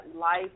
life